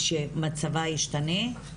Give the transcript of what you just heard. שמצבה ישתנה?